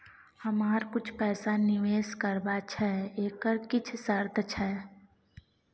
हमरा कुछ पैसा निवेश करबा छै एकर किछ शर्त छै?